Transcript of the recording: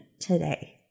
today